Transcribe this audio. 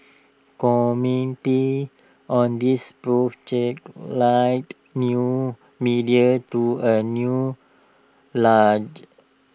commenting on this Prof Chen likened new media to A new large